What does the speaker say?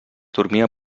dormia